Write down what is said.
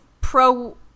pro